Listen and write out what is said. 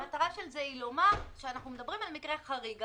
המטרה של זה היא לומר שאנחנו מדברים על מקרה חריג.